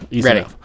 ready